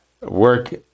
work